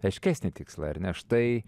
aiškesnį tikslą ir ne štai